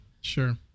Sure